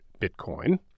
Bitcoin